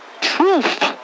truth